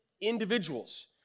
individuals